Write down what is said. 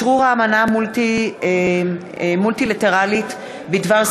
אשרור האמנה המולטילטרלית בדבר סיוע מינהלי הדדי בענייני מס.